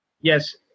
Yes